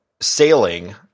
sailing